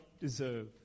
deserve